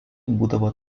būdavo